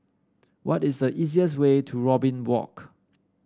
what is the easiest way to Robin Walk